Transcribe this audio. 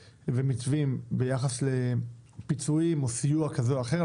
ומתווים ביחס לפיצויים או סיוע כזה או אחר.